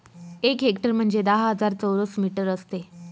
एक हेक्टर म्हणजे दहा हजार चौरस मीटर असते